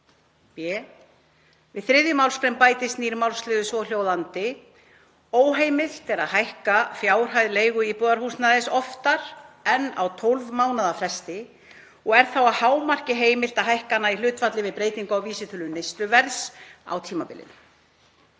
b. Við 3. mgr. bætist nýr málsliður, svohljóðandi: Óheimilt er að hækka fjárhæð leigu íbúðarhúsnæðis oftar en á 12 mánaða fresti og er þá að hámarki heimilt að hækka hana í hlutfalli við breytingu á vísitölu neysluverðs á tímabilinu.